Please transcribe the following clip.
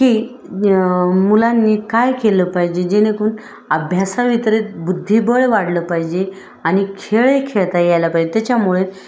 की मुलांनी काय केलं पाहिजे जेणेकरून अभ्यासा वितरित बुद्धिबळ वाढलं पाहिजे आणि खेळही खेळता यायला पाए त्याच्यामुळे